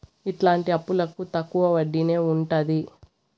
ఇలాంటి అప్పులకు తక్కువ వడ్డీనే ఉంటది